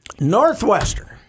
Northwestern